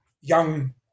Young